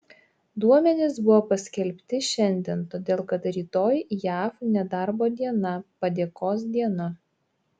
duomenys buvo paskelbti šiandien todėl kad rytoj jav nedarbo diena padėkos diena